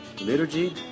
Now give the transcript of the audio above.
liturgy